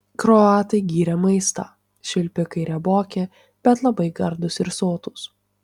kroatai gyrė maistą švilpikai rieboki bet labai gardūs ir sotūs